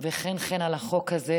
וחן-חן על החוק הזה,